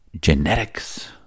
genetics